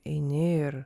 eini ir